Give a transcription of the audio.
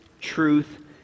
truth